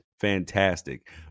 fantastic